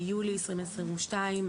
ביולי 2022,